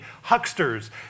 hucksters